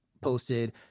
posted